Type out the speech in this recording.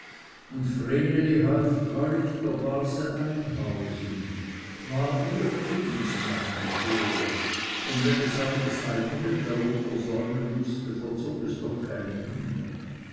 und vreneli half treulich der base einhausen war ihr kind nach wie vor und wenn es auch das eigene darob versäumen mußte verzog es doch keine miene